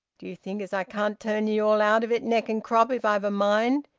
d'ye think as i can't turn ye all out of it neck and crop, if i've a mind?